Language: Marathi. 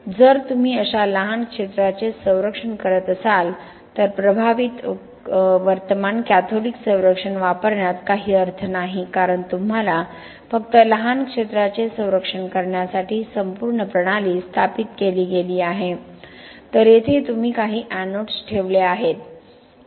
जर तुम्ही अशा लहान क्षेत्राचे संरक्षण करणार असाल तर प्रभावित वर्तमान कॅथोडिक संरक्षण वापरण्यात काही अर्थ नाही कारण तुम्हाला फक्त लहान क्षेत्राचे संरक्षण करण्यासाठी संपूर्ण प्रणाली स्थापित केली गेली आहे तर येथे तुम्ही काही एनोड्स ठेवले आहेत तेच आहे